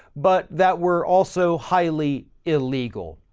but that were also highly illegal.